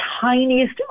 tiniest